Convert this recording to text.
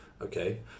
okay